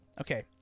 Okay